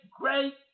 great